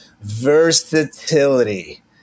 versatility